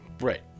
Right